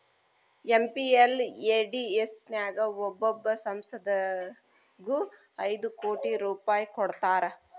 MPLADS ನ್ಯಾಗ ಒಬ್ಬೊಬ್ಬ ಸಂಸದಗು ಐದು ಕೋಟಿ ರೂಪಾಯ್ ಕೊಡ್ತಾರಾ